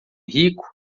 rico